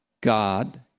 God